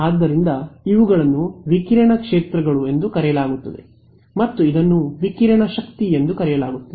ಆದ್ದರಿಂದ ಇವುಗಳನ್ನು ವಿಕಿರಣ ಕ್ಷೇತ್ರಗಳು ಎಂದು ಕರೆಯಲಾಗುತ್ತದೆ ಮತ್ತು ಇದನ್ನು ವಿಕಿರಣ ಶಕ್ತಿ ಎಂದು ಕರೆಯಲಾಗುತ್ತದೆ